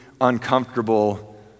uncomfortable